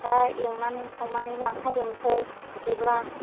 दा एवनानै सावनानै लांखाजोबनोसै बिदिब्ला